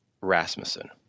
Rasmussen